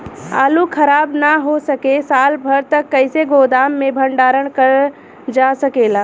आलू खराब न हो सके साल भर तक कइसे गोदाम मे भण्डारण कर जा सकेला?